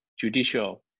judicial